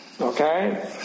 okay